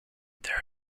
there